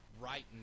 right